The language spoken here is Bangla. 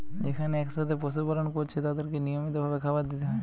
যেখানে একসাথে পশু পালন কোরছে তাদেরকে নিয়মিত ভাবে খাবার দিতে হয়